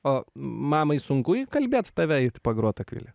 o mamai sunku įkalbėt tave eiti pagrot akvile